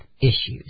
issues